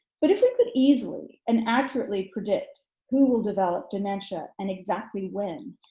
but if we could easily and accurately predict who will develop dementia and exactly when,